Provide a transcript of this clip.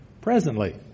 presently